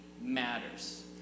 matters